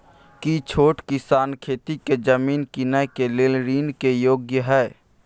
की छोट किसान खेती के जमीन कीनय के लेल ऋण के योग्य हय?